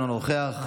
אינו נוכח,